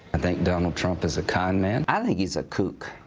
i think donald trump is a con man. i think he's a kook.